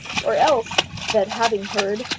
or else that, having heard,